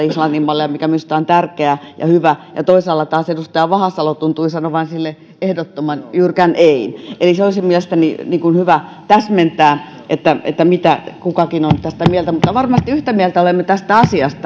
islannin mallia mikä minusta on tärkeä ja hyvä ja toisaalla taas edustaja vahasalo tuntui sanovan sille ehdottoman jyrkän ein eli olisi mielestäni hyvä täsmentää mitä kukakin on tästä mieltä mutta varmasti yhtä mieltä olemme tästä asiasta